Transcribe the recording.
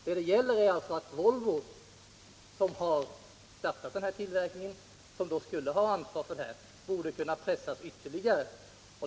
Vad det gäller är alltså att Volvo, som har startat den här ullverkningen och som skulle ha ansvar för den, borde kunna pressas ytterligare.